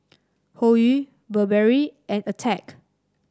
Hoyu Burberry and Attack